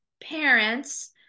parents